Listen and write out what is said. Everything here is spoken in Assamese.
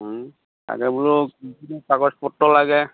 তাকে বোলো কি কি কাগজপত্ৰ লাগে